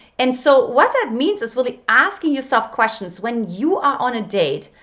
and so what that means is really asking yourself questions, when you are on a date,